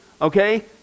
okay